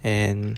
and